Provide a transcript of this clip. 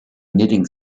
knitting